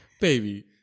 baby